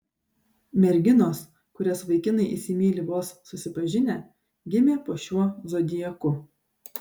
merginos kurias vaikinai įsimyli vos susipažinę gimė po šiuo zodiaku